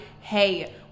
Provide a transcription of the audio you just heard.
hey